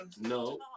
No